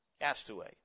castaway